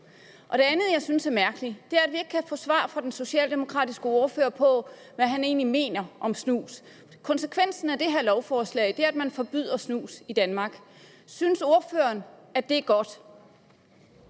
Det andet, jeg synes er mærkeligt, er, at vi ikke kan få svar fra den socialdemokratiske ordfører på, hvad han egentlig mener om snus. Konsekvensen af det her lovforslag er, at man forbyder snus i Danmark. Synes ordføreren, at det er godt?